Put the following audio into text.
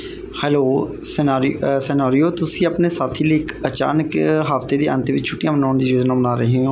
hello ਸਨਾਰੀ scenario ਤੁਸੀਂ ਆਪਣੇ ਸਾਥੀ ਲਈ ਇੱਕ ਅਚਾਨਕ ਹਫਤੇ ਦੇ ਅੰਤ ਵਿੱਚ ਛੁੱਟੀਆਂ ਮਨਾਉਣ ਦੀ ਯੋਜਨਾ ਬਣਾ ਰਹੇ ਹੋ